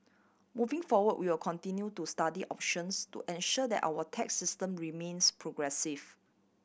moving forward we will continue to study options to ensure that our tax system remains progressive